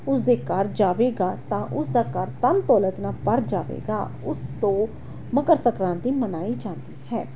ਉਸਦੇ ਘਰ ਜਾਵੇਗਾ ਤਾਂ ਉਸਦਾ ਘਰ ਧਨ ਦੌਲਤ ਨਾਲ਼ ਭਰ ਜਾਵੇਗਾ ਉਸ ਤੋਂ ਮਕਰ ਸੰਕ੍ਰਾਂਤੀ ਮਨਾਈ ਜਾਂਦੀ ਹੈ